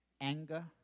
anger